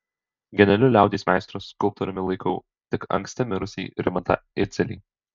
genialiu liaudies meistru skulptoriumi laikau tik anksti mirusį rimantą idzelį